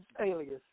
alias